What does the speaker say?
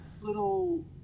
little